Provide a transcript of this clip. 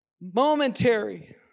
momentary